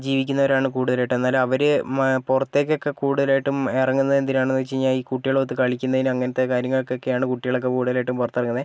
ജീവിക്കുന്നവരാണ് കൂടുതലായിട്ടും എന്നാലും അവർ മ പുറത്തേക്കൊക്കെ കൂടുതലായിട്ടും ഇറങ്ങുന്നതെന്തിനാണെന്ന് വെച്ചുകഴിഞ്ഞാൽ ഈ കുട്ടികളൊത്തു കളിക്കുന്നതിനും അങ്ങനത്തെ കാര്യങ്ങൾക്കൊക്കെയാണ് കുട്ടികളൊക്കെ കൂടുതലായിട്ടും പുറത്തിറങ്ങുന്നത്